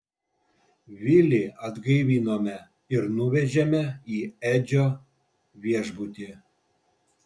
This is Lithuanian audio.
vilį atgaivinome ir nuvežėme į edžio viešbutį